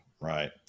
right